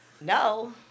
No